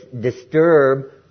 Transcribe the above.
disturb